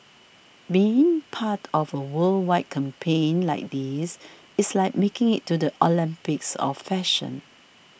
being part of a worldwide campaign like this it's like making it to the Olympics of fashion